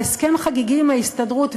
על הסכם חגיגי עם ההסתדרות,